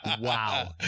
wow